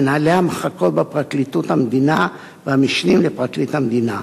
מנהלי המחלקות בפרקליטות המדינה והמשנים לפרקליט המדינה.